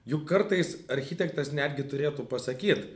juk kartais architektas netgi turėtų pasakyt